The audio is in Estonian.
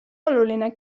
oluline